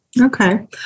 Okay